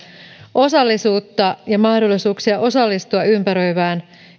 osallisuutta ja mahdollisuuksia osallistua ympäröivään